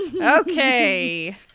Okay